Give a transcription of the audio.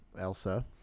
Elsa